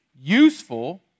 useful